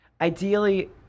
ideally